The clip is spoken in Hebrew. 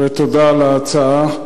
ותודה על ההצעה.